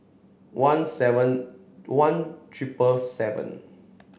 one seven one triple seven